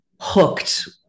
hooked